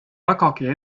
vägagi